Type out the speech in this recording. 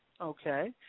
Okay